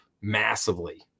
massively